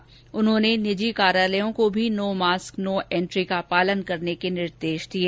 साथ ही उन्होंने निजी कार्यालयों को भी नो मास्क नो एन्ट्री का पालन करने के निर्देश दिये